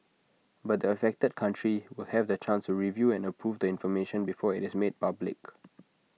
but the affected country will have the chance to review and approve the information before IT is made public